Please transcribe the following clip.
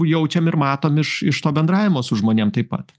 jaučiam ir matom iš iš to bendravimo su žmonėm taip pat